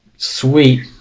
Sweet